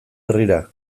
herrira